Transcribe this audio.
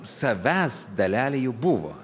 savęs dalelė jau buvo